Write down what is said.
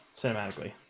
cinematically